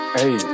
Hey